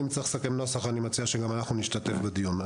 אם צריך לסכם נוסח אני מציע שגם אנחנו נשתתף בדיון.